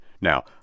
Now